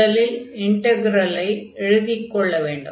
முதலில் இன்டக்ரலை எழுதிக் கொள்ள வேண்டும்